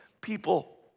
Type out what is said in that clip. people